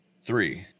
three